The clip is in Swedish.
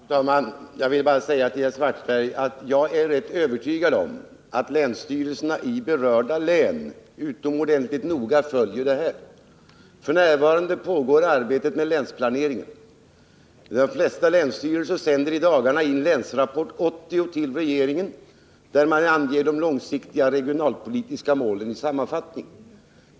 Fru talman! Jag vill bara säga till Karl-Erik Svartberg att jag är övertygad om att att länsstyrelserna i berörda län utomordentligt noga följer frågan. F.n. pågår där arbetet med länsplaneringen. De flesta länsstyrelser sänder i dagarna till regeringen in Länsrapport 80, vari man anger de långsiktiga regionalpolitiska målen i sammanfattning.